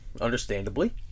understandably